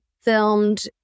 filmed